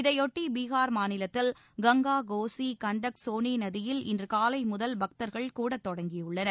இதையொட்டி பீகார் மாநிலத்தில் கங்கா கோசி கண்டக் சோனே நதியில் இன்று காலை முதல் பக்தர்கள் கூடத்தொடங்கியுள்ளனர்